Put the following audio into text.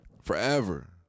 forever